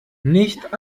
nicht